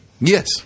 Yes